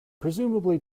presumably